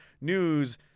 news